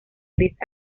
gris